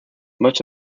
much